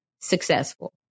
successful